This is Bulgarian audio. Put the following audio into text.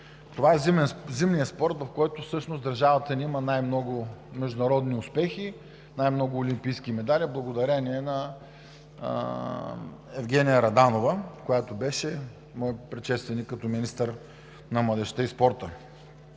Това е зимният спорт, в който всъщност държавата има най-много международни успехи, най-много олимпийски медали, благодарение на Евгения Раданова, която беше моят предшественик като министър на младежта и спорта.